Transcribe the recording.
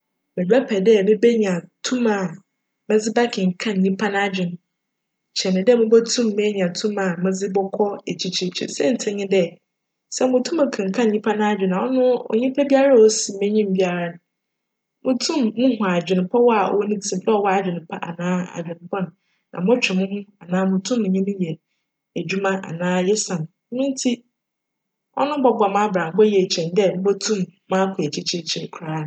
Mebjpj dj mebenya tum a medze bjkenkan nyimpa n'adwen kyjn dj mobotum meenya tum a medze bckc ekyirkyirkyir. Siantsir nye dj, sj mutum kenkan nyimpa n'adwen a cno onyimpa biara osi m'enyim biara no mutum muhu adwempcw a cwc ne tsirmu dj cwc adwen pa anaa adwen bcn na motwe moho anaa mutum menye no yj edwuma anaa yesan. Ntsi cno bcboa m'abrabc yie kyjn dj mobotum m'akc ekyirkyir koraa.